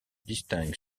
distingue